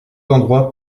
endroit